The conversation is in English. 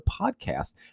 podcast